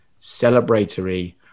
celebratory